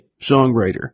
songwriter